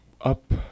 up